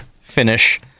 finish